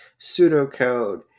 pseudocode